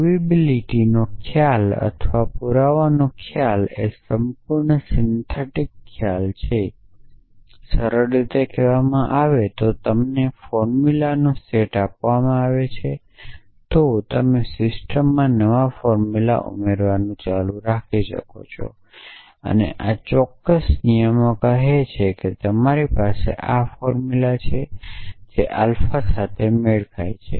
પ્રોવિબિલીટીનો ખ્યાલ અથવા પુરાવાનો ખ્યાલ એ સંપૂર્ણ સિન્થેટીક ખ્યાલ છે જો સરળ રીતે કહેવામાં આવે કે તમને ફોર્મ્યુલાનો સેટ આપવામાં આવે તો તમે સિસ્ટમમાં નવા ફોર્મ્યુલા ઉમેરવાનું ચાલુ રાખી શકો છો અને આ ચોક્કસ નિયમો કહે છે કે તમારી પાસે આ ફોર્મુલા છે જે આલ્ફા સાથે મેળ ખાય છે